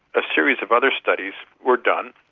a series of other studies were done,